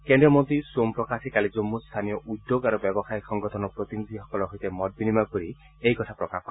কেন্দ্ৰীয় মন্ত্ৰী সোম প্ৰকাশে কালি জম্মত স্থানীয় উদ্যোগ আৰু ব্যাৱসায়িক সংগঠনৰ প্ৰতিনিধিসকলৰ সৈতে মত বিনিময় কৰি এই কথা প্ৰকাশ কৰে